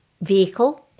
vehicle